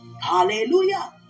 Hallelujah